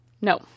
no